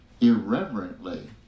irreverently